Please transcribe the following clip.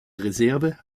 reserve